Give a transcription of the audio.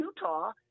Utah